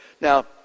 Now